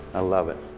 i love it.